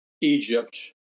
Egypt